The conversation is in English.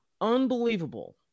unbelievable